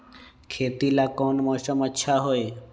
खेती ला कौन मौसम अच्छा होई?